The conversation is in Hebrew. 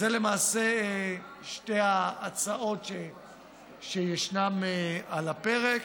אז אלה למעשה שתי ההצעות שישנן על הפרק,